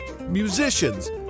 musicians